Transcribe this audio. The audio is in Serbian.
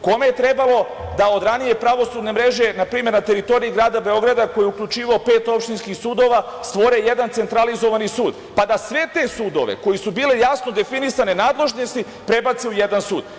Kome je trebalo da od ranije pravosudne mreže, na primer na teritoriji grada Beograda, koji je uključivao pet opštinskih sudova, stvore jedan centralizovani sud, pa da sve te sudove kojima su bili jasno definisane nadležnosti prebace u jedan sud.